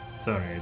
Sorry